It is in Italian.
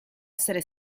essere